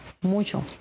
Mucho